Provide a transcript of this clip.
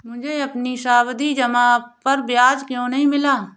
मुझे अपनी सावधि जमा पर ब्याज क्यो नहीं मिला?